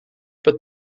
but